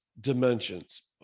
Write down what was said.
dimensions